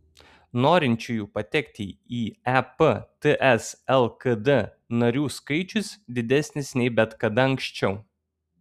norinčiųjų patekti į ep ts lkd narių skaičius didesnis nei bet kada anksčiau